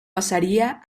pasaría